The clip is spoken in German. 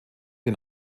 den